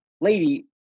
lady